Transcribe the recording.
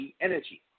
energy